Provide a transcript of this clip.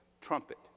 trumpet